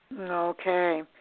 Okay